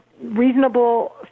reasonable